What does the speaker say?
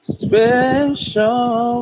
special